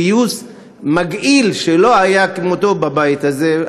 גיוס מגעיל שלא היה כמותו בבית הזה.